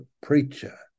preacher